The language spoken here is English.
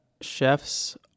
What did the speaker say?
chefs